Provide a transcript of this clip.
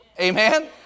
Amen